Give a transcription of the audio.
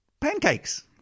pancakes